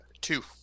two